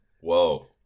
Whoa